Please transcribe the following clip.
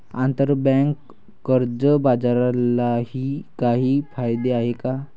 आंतरबँक कर्ज बाजारालाही काही कायदे आहेत का?